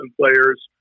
players